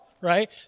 right